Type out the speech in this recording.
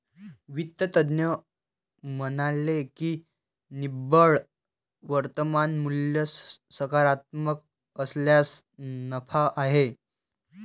वित्त तज्ज्ञ म्हणाले की निव्वळ वर्तमान मूल्य सकारात्मक असल्यास नफा आहे